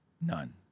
None